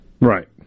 Right